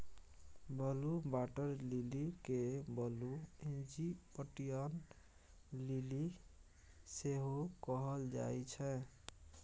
blue water lily केँ blue Egyptian lily सेहो कहल जाइ छै